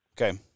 Okay